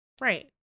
Right